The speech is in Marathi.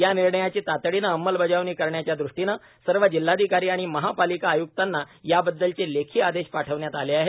या निर्णयाची तातडीनं अंमलबजावणी करण्याच्या दृष्टीनं सर्व जिल्हाधिकारी आणि महापालिका आय्क्तांना याबद्दलचे लेखी आदेश पाठवण्यात आले आहेत